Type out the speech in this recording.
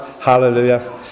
Hallelujah